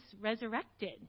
resurrected